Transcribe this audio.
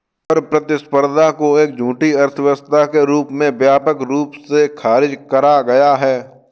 कर प्रतिस्पर्धा को एक झूठी अर्थव्यवस्था के रूप में व्यापक रूप से खारिज करा गया है